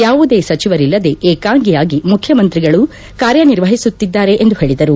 ಯಾವುದೇ ಸಚಿವರಿಲ್ಲದೇ ವಿಕಾಂಗಿಯಾಗಿ ಮುಖ್ಯಮಂತ್ರಿಗಳು ಕಾರ್ಯನಿರ್ವಹಿಸುತ್ತಿದ್ದಾರೆ ಎಂದು ಹೇಳಿದರು